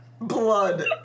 Blood